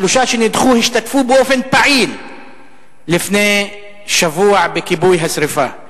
השלושה שנדחו השתתפו באופן פעיל לפני שבוע בכיבוי השרפה.